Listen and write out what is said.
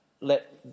let